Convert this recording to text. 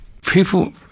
People